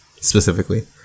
specifically